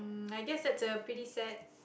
I guess that's a pretty sad